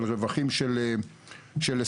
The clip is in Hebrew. על רווחים של 20%,